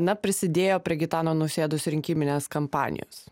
na prisidėjo prie gitano nausėdos rinkiminės kampanijos